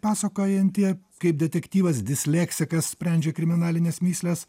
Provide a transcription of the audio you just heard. pasakojantį kaip detektyvas disleksikas sprendžia kriminalines mįsles